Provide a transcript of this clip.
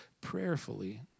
prayerfully